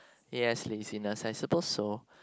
yes laziness I suppose so